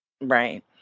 Right